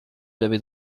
l’avais